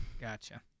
Gotcha